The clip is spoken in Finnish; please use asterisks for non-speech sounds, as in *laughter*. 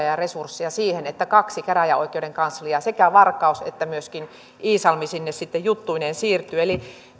*unintelligible* ja resursseja siihen että kaksi käräjäoikeuden kansliaa sekä varkaus että myöskin iisalmi sinne sitten juttuineen siirtyy eli